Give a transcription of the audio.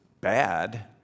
bad